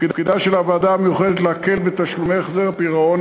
תפקידה של הוועדה המיוחדת להקל בתשלומי פירעון